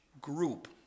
group